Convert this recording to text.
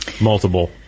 Multiple